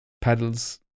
pedals